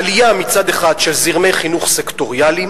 העלייה, מצד אחד, של זרמי חינוך סקטוריאליים,